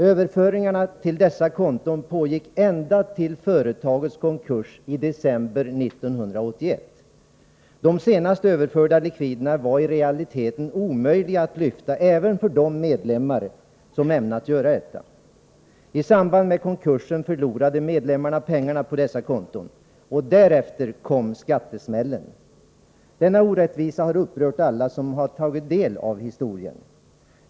Överföringarna till dessa konton pågick ända till företagets konkurs i december 1981. De senast överförda likviderna var i realiteten omöjliga att lyfta även för de medlemmar som ämnat göra detta. I samband med konkursen förlorade medlemmarna pengarna på dessa konton. Och därefter kom skattesmällen. Denna orättvisa har upprört alla som tagit del av historien.